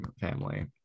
family